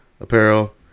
apparel